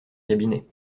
cabinet